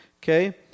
okay